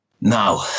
now